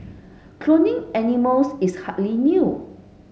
cloning animals is hardly new